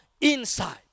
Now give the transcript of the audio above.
inside